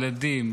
ילדים,